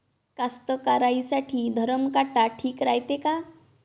कास्तकाराइसाठी धरम काटा ठीक रायते का?